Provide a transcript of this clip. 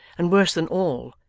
and worse than all,